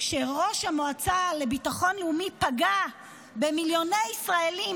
כשראש המועצה לביטחון לאומי פגע במיליוני ישראלים